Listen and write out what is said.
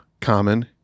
common